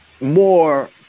more